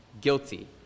guilty